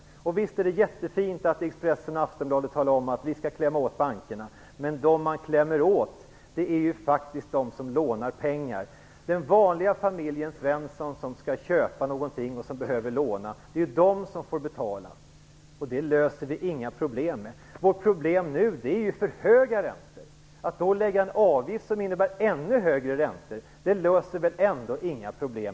Visst är det bra att Expressen och Aftonbladet säger att man skall klämma åt bankerna. Men man klämmer ju åt dem som lånar pengar. Det är den vanliga familjen som skall köpa något och därför behöver låna. Det är de som får betala. På det viset löser vi inga probl00em. Vårt problem är ju nu för höga räntor. Att införa en avgift som innebär ännu högre räntor löser väl inga problem?